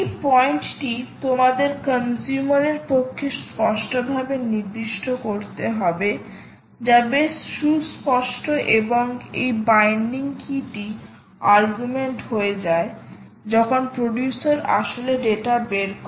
এই পয়েন্টে টি তোমাদের কনজিউমার এর পক্ষে স্পষ্টভাবে নির্দিষ্ট করতে হবে যা বেশ সুস্পষ্ট এবং এই বাইন্ডিং কী টি আর্গুমেন্ট হয়ে যায় যখন প্রডিউসার আসলে ডেটা বের করে